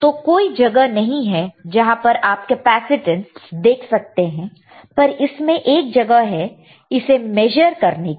तो कोई जगह नहीं है जहां पर आप कैपेसिटेंस देख सकते हैं पर इसमें एक जगह है इसे मेजर करने के लिए